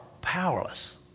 Powerless